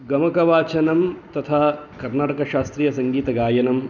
गमकवाचनं तथा कर्णाटकशास्त्रीय सङ्गीतगायनं